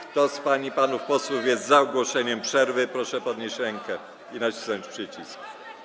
Kto z pań i panów posłów jest za ogłoszeniem przerwy, proszę podnieść rękę i nacisnąć przycisk.